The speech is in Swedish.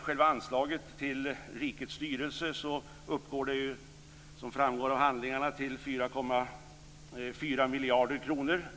Själva anslaget till rikets styrelse uppgår, som framgår av handlingarna, till drygt 4,4 miljarder kronor.